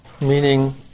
meaning